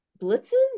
Blitzen